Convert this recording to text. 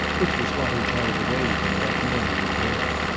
which was what he carried away with him that morning to the mill.